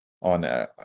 on